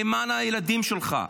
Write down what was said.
למען הילדים שלך,